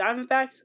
Diamondbacks